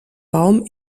baum